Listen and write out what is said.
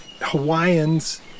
Hawaiians